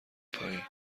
پایین